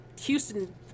Houston